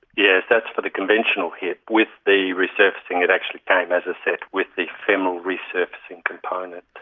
yes, that's for the conventional hip, with the resurfacing it actually came as a set with the femoral resurfacing component.